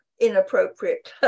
inappropriate